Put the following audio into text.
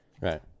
Right